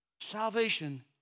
Salvation